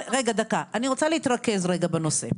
אני רוצה להתרכז בנושא.